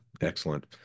excellent